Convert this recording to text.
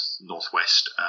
northwest